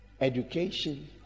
education